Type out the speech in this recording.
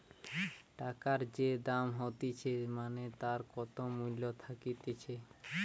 টাকার যে দাম হতিছে মানে তার কত মূল্য থাকতিছে